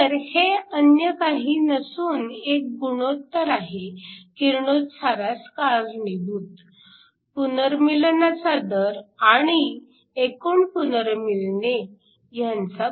तर हे अन्य काही नसून एक गुणोत्तर आहे किरणोत्सारास कारणीभूत पुनर्मीलनाचा दर आणि एकूण पुनर्मीलने यांचा